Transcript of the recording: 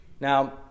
Now